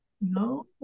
No